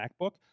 MacBook